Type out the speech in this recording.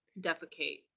defecate